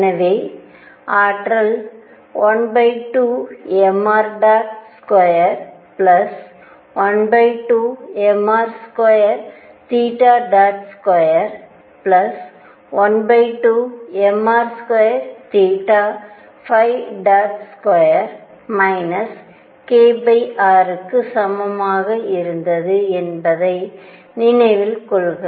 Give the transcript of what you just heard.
எனவே ஆற்றல் 12mr212mr2212mr22 kr க்கு சமமாக இருந்தது என்பதை நினைவில் கொள்க